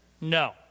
No